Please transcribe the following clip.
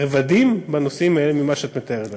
רבדים בנושאים האלה ממה שאת מתארת לעצמך.